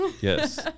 yes